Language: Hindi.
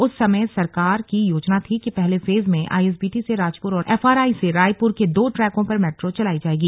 उस समय सरकार की योजना थी कि पहले फेज में आईएसबीटी से राजपुर और एफआरआई से रायपुर के दो ट्रैकों पर मेट्रो चलाई जाएगी